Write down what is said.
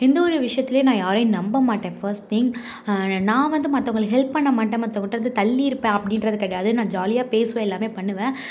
எந்தவொரு விஷயத்திலியும் நான் யாரையும் நம்ப மாட்டேன் பஸ்ட்டு திங் நான் வந்து மத்தவங்குளுக்கு ஹெல்ப் பண்ண மாட்டேன் மத்தவங்கள்ட்டருந்து தள்ளிருப்பேன் அப்படின்றது கிடையாது நான் ஜாலியாக பேசுவேன் எல்லாம் பண்ணுவேன்